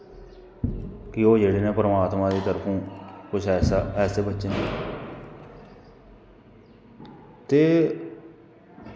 ते ओह् जेह्ड़े न परमात्मां दी तरफों कुछ ऐसे बच्चे न ते